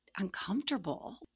uncomfortable